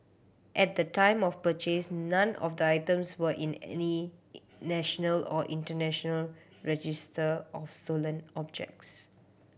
at the time of purchase none of the items were in any national or international register of stolen objects